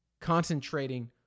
concentrating